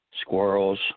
squirrels